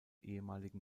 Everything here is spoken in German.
ehemaligen